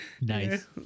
Nice